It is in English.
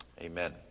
Amen